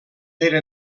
per